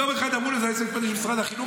יום אחד אמרו: זה היועץ המשפטי של משרד החינוך,